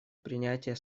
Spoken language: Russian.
принятия